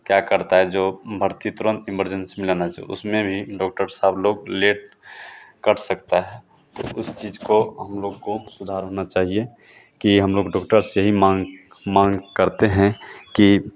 क्या करता है जो भर्ती तुरंत इमरजेंसी में लेना चाहिए उसमें भी डॉक्टर साहब लोग लेट कर सकता है उस चीज़ को हम लोग को सुधारना चाहिए कि हम लोग डोक्टर से ही माँग माँग करते हैं कि